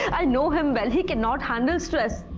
i know him well. he cannot handle stress.